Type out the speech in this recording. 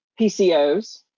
PCOs